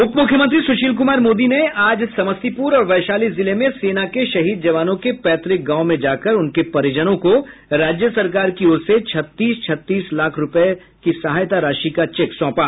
उप मुख्यमंत्री सुशील कुमार मोदी ने आज समस्तीपुर और वैशाली जिले में सेना के शहीद जवानों के पैतुक गांव में जाकर उनके परिजनों को राज्य सरकार की ओर से छत्तीस छत्तीस लाख रूपये सहायता राशि का चेक सौंपा